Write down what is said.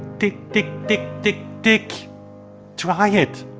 tick-tick-tick-tick, try it,